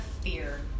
fear